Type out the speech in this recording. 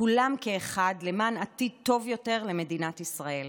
כולם כאחד למען עתיד טוב יותר למדינת ישראל.